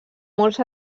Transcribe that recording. molts